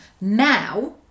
now